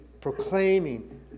proclaiming